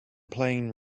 playing